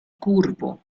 curvo